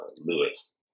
Lewis